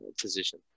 position